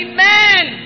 Amen